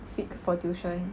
seek for tuition